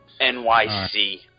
NYC